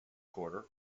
quarter